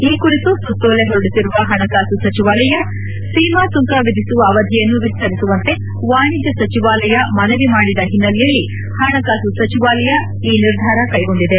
ಈ ಕುರಿತು ಸುತ್ತೋಲೆ ಹೊರಡಿಸಿರುವ ಪಣಕಾಸು ಸಚಿವಾಲಯ ಸೀಮಾ ಸುಂಕ ವಿಧಿಸುವ ಅವಧಿಯನ್ನು ವಿಸ್ತರಿಸುವಂತೆ ವಾಣಿಜ್ಯ ಸಚಿವಾಲಯ ಮನವಿ ಮಾಡಿದ ಹಿನ್ನೆಲೆಯಲ್ಲಿ ಪಣಕಾಸು ಸಚಿವಾಲಯ ಈ ನಿರ್ಧಾರ ಕ್ರೆಗೊಂಡಿದೆ